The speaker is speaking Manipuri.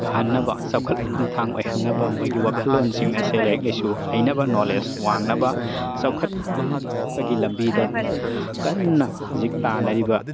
ꯐꯍꯟꯅꯕ ꯆꯥꯎꯈꯠ ꯈꯣꯡꯊꯥꯡ ꯑꯣꯏꯍꯟꯅꯕ ꯃꯈꯣꯏꯒꯤ ꯋꯥꯈꯜꯂꯣꯜꯁꯤꯡ ꯑꯁꯦ ꯂꯥꯏꯔꯤꯛ ꯂꯥꯏꯁꯨ ꯍꯩꯅꯕ ꯅꯣꯂꯦꯖ ꯋꯥꯡꯅꯕ ꯆꯥꯎꯈꯠꯄꯒꯤ ꯂꯝꯕꯤꯗ ꯀꯟꯅ ꯍꯧꯖꯤꯛ ꯇꯥꯟꯅꯔꯤꯕ